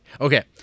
Okay